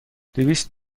دویست